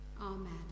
Amen